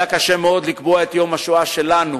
היה קשה מאוד לקבוע את יום השואה שלנו